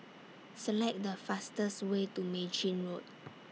Select The fastest Way to Mei Chin Road